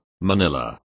Manila